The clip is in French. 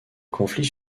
conflits